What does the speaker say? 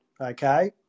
okay